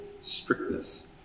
strictness